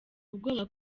ubwoba